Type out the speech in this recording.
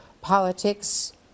politics